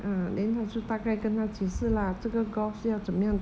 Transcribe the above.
ah then 他就大概跟他解释 lah 这个 golf 是要怎样